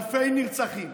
אלפי נרצחים,